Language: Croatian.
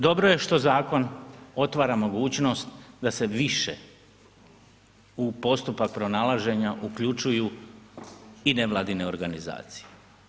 Dobro je što zakon otvara mogućnost da se više u postupak pronalaženja uključuju i nevladine organizacije.